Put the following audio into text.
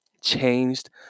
changed